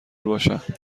باشن